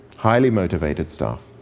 highly motivated staff.